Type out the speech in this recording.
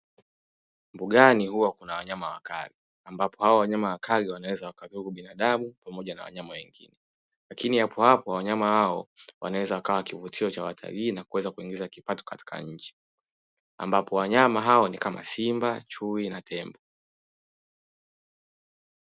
Mbugani huwa kuna wanyama wakali, ambapo hao wanyama wakali wanaweza wakadhuru binadamu pamoja na wanyama wengine; lakini hapohapo wanyama hao wanaweza wakawa kivutio cha watalii na kuweza kuingiza kipato katika nchi; ambapo wanyama hao ni kama simba, chui, na tembo.